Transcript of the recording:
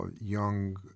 young